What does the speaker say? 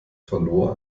verlor